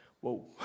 Whoa